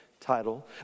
title